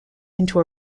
into